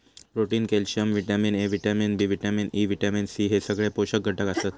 protein, calcium, vitamin A, vitamin B, vitamin E, vitamin C हे सगळे पोषक घटक आसत